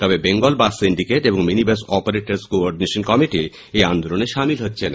তবে Bengal bus syndicate এবং minibus operators coordination committee এই আন্দোলনে সামিল হচ্ছে না